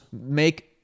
make